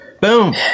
Boom